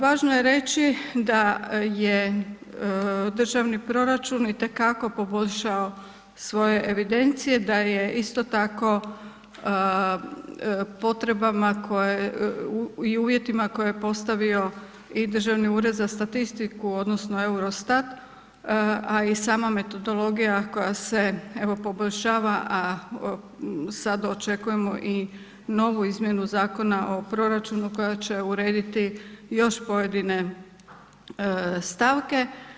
Važno je reći da je državni proračun itekako poboljšao svoje evidencije, da je isto tako potrebama koje i uvjetima koje je postavio i Državni ured za statistiku odnosno Eurostat, a i sama metodologija koja se evo poboljšava, a sad očekujemo i novu izmjenu Zakona o proračuna koja će urediti još pojedine stavke.